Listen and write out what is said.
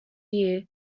year